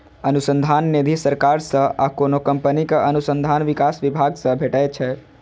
अनुसंधान निधि सरकार सं आ कोनो कंपनीक अनुसंधान विकास विभाग सं भेटै छै